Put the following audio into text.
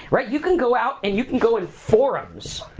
right? you can go out and you can go in forums,